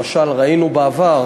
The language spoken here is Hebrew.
למשל, ראינו בעבר